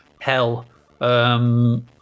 hell